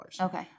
Okay